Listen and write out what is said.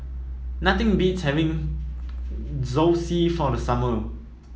nothing beats having Zosui for the summer